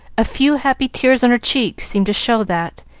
a few happy tears on her cheeks seemed to show that,